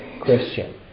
Christian